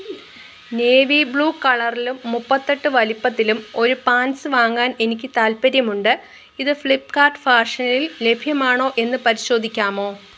navy blue കളറിലും മുപ്പത്തെട്ട് വലുപ്പത്തിലും ഒരു പാൻറ്സ് വാങ്ങാൻ എനിക്ക് താൽപ്പര്യമുണ്ട് ഇത് ഫ്ലിപ്പ്കാർട്ട് ഫാഷനിൽ ലഭ്യമാണോ എന്ന് പരിശോധിക്കാമോ